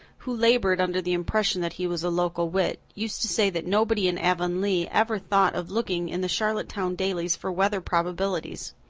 who labored under the impression that he was a local wit, used to say that nobody in avonlea ever thought of looking in the charlottetown dailies for weather probabilities.